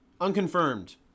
Unconfirmed